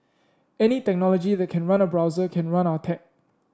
any technology that can run a browser can run our tech